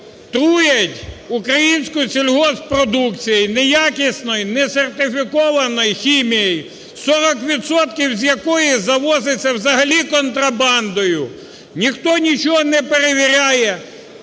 труять українську сільгосппродукцію неякісною, несертифікованою хімією, 40 відсотків з якої завозиться взагалі контрабандою. Ніхто нічого не перевіряє,